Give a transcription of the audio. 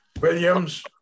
Williams